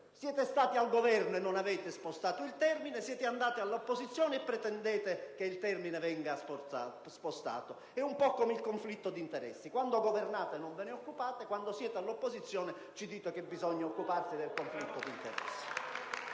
Siete stati al Governo e non avete spostato il termine; siete andati all'opposizione, e pretendete che il termine venga spostato. È un po' come il conflitto di interessi: quando governate non ve ne occupate, quando siete all'opposizione ci dite che bisogna occuparsene. *(Applausi dai Gruppi